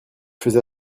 faisais